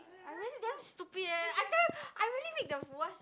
I mean damn stupid eh i tell you I really make the worst